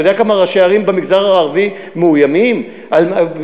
אתה יודע כמה ראשי ערים במגזר הערבי מאוימים בירי,